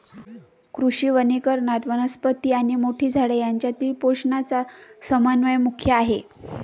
कृषी वनीकरणात, वनस्पती आणि मोठी झाडे यांच्यातील पोषणाचा समन्वय मुख्य आहे